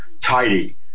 tidy